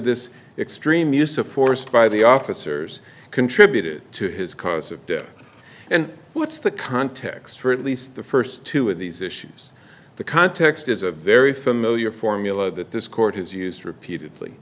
this extreme use of force by the officers contributed to his cause of death and what's the context or at least the first two of these issues the context is a very familiar formula that this court has used repeatedly